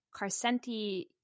Carcenti